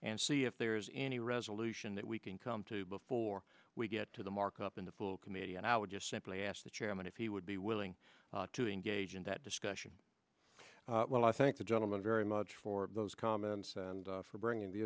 and see if there is any resolution that we can come to before we get to the markup in the full committee and i would just simply ask the chairman if he would be willing to engage in that discussion well i thank the gentleman very much for those comments and for bringing the